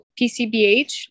PCBH